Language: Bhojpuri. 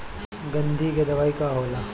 गंधी के दवाई का होला?